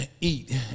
eat